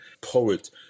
poet